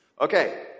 Okay